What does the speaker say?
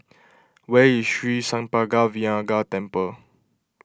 where is Sri Senpaga Vinayagar Temple